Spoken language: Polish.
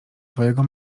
twojego